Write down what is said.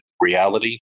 reality